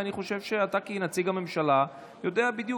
ואני חושב שאתה כנציג הממשלה יודע בדיוק